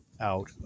out